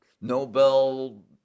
Nobel